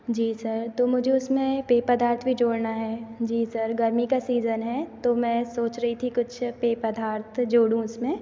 जी sir तो मुझे उसमें पेय पदार्थ भी जोड़ना है जी सर गर्मी का सीजन है तो मैं सोच रही थी कुछ पेय पदार्थ जोडूँ उसमें